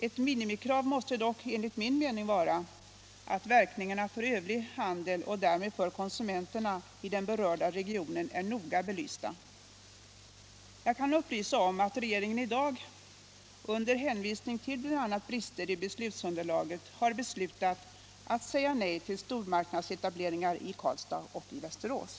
Eit minimikrav måste dock enligt min mening vara att verkningarna för övrig handel — och därmed för konsumenterna — i den berörda regionen är noga belysta. Jag kan upplysa om att regeringen i dag — under hänvisning till bl.a. brister i beslutsunderlaget — har beslutat säga nej till stormarknadsetableringar i Karlstad och Västerås.